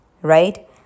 right